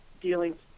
dealing